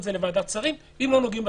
את זה לוועדת שרים אם לא נוגעים בחידוש.